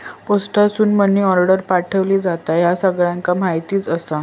पोस्टासून money order पाठवली जाता, ह्या सगळ्यांका माहीतच आसा